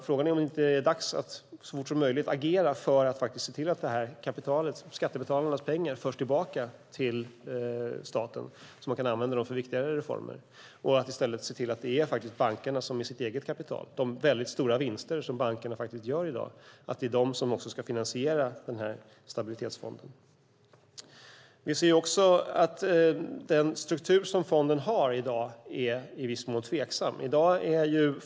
Frågan är om det inte är dags att så fort som möjligt agera för att se till att kapitalet, skattebetalarnas pengar, förs tillbaka till staten så att man kan använda dem för viktigare reformer och se till att det är bankerna som med sitt eget kapital - de stora vinster som bankerna gör - ska finansiera Stabilitetsfonden. Den struktur som fonden har i dag är i viss mån tveksam.